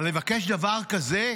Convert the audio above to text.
אבל לבקש דבר כזה?